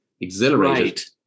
exhilarated